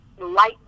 light